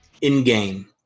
in-game